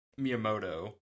miyamoto